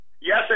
Yes